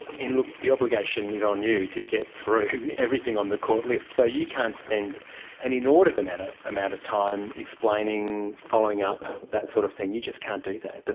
and, look, the obligation is on you to get through everything on the court list, so you can't spend an inordinate amount ah amount of time explaining, following up, that sort of thing, you just can't do that,